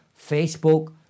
Facebook